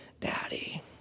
Daddy